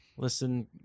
Listen